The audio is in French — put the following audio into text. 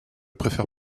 préfère